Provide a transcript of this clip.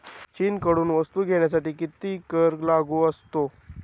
चीनकडून वस्तू घेण्यासाठी किती कर लागू असतो?